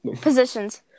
Positions